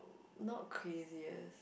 not craziest